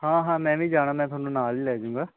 ਹਾਂ ਹਾਂ ਮੈਂ ਵੀ ਜਾਣਾ ਮੈਂ ਤੁਹਾਨੂੰ ਨਾਲ ਹੀ ਲੈ ਜਾਊਂਗਾ